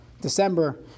December